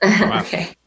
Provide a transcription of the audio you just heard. Okay